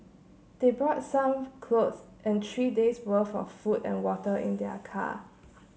they brought some clothes and three days' worth of food and water in their car